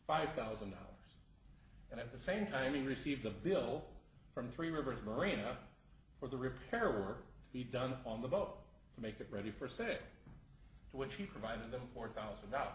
five thousand dollars and at the same time you receive the bill from three rivers marina for the repair work be done on the bug to make it ready for six which he provided them four thousand